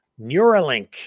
Neuralink